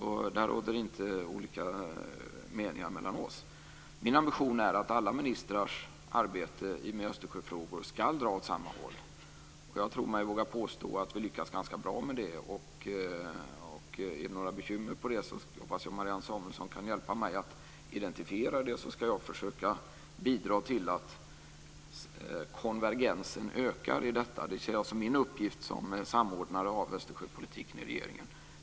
Där råder det inte några olika meningar mellan oss. Min ambition är att alla ministrars arbete med Östersjöfrågor ska dra åt samma håll. Jag tror mig våga påstå att vi lyckas ganska bra med det. Är det några bekymmer med det hoppas jag att Marianne Samuelsson hjälper mig att identifiera det, så ska jag försöka bidra till att konvergensen ökar i detta. Jag ser det som min uppgift som samordnare av Östersjöpolitiken i regeringen.